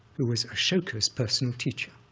who was ashoka's personal teacher,